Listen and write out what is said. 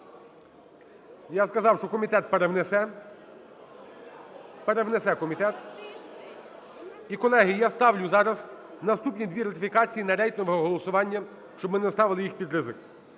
Я сказав, що комітет перевнесе, перевнесе комітет. І, колеги, я ставлю зараз наступні дві ратифікації на рейтингове голосування, щоб ми не ставили їх під ризик.